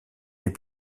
les